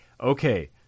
Okay